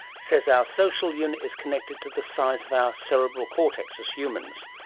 says our social unit is connected to the size of our cerebral cortex as humans.